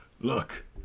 Look